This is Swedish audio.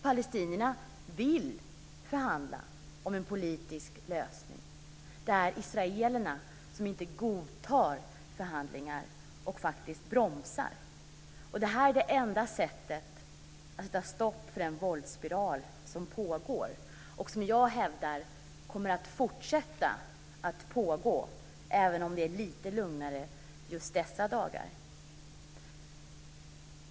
Palestinierna vill förhandla om en politisk lösning. Det är israelerna som inte godtar förhandlingar och faktiskt bromsar. Det här är det enda sättet att sätta stopp för den våldsspiral som pågår och som jag hävdar kommer att fortsätta pågå även om det är lite lugnare i just dessa dagar.